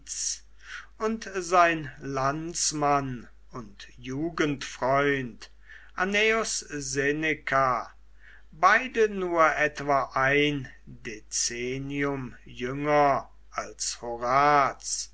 und sein landsmann und jugendfreund annaeus seneca beide nur etwa ein dezennium jünger als horaz